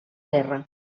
guerra